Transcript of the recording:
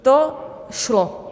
To šlo.